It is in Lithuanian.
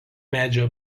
medžio